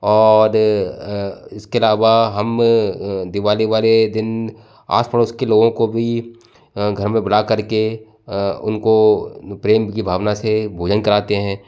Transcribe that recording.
और इसके अलावा हम दिवाली वाले दिन आस पड़ोस के लोगों को भी घर में बुलाकर के उनको प्रेम की भावना से भोजन कराते हैं